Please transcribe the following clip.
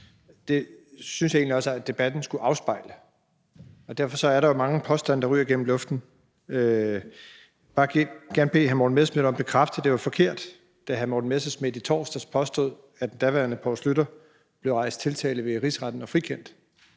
Det synes jeg egentlig også at debatten skulle afspejle. Der er jo mange påstande, der ryger gennem luften. Jeg vil bare gerne bede hr. Morten Messerschmidt om at bekræfte, at det var forkert, da hr. Morten Messerschmidt i torsdags påstod, at der blev rejst tiltale mod den daværende